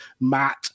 Matt